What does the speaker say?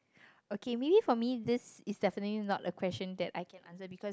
okay maybe for me this is definitely not a question that I can answer because